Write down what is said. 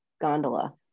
gondola